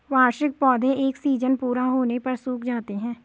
वार्षिक पौधे एक सीज़न पूरा होने पर सूख जाते हैं